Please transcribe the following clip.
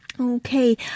Okay